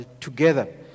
together